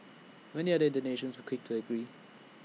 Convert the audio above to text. many other Indonesians quick to agree